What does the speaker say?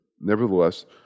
Nevertheless